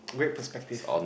great perspective